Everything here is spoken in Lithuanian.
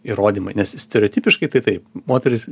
įrodymai nes stereotipiškai tai taip moterys